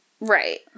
Right